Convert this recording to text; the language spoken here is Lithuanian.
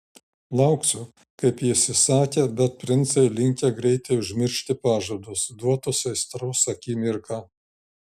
lauksiu kaip jis įsakė bet princai linkę greitai užmiršti pažadus duotus aistros akimirką